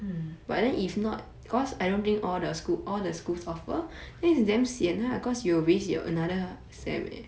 mm